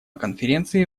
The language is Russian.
конференции